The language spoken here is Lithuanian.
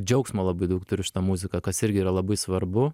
džiaugsmo labai daug turi šita muzika kas irgi yra labai svarbu